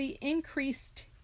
increased